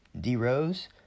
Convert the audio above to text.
D-Rose